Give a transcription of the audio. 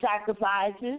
sacrifices